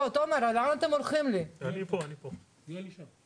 לאירופה 88,000 ולישראל 2,000. אתם מסתכלים על זה באופן יחסי,